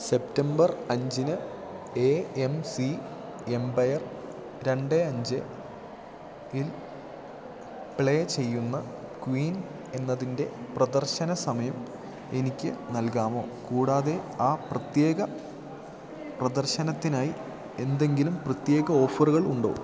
September അഞ്ചിന് A M C Empire രണ്ട് അഞ്ച്ഇൽ പ്ലേ ചെയ്യുന്ന ക്വീൻ എന്നതിൻ്റെ പ്രദർശന സമയം എനിക്ക് നൽകാമോ കൂടാതെ ആ പ്രത്യേക പ്രദർശനത്തിനായി എന്തെങ്കിലും പ്രത്യേക ഓഫറുകൾ ഉണ്ടോ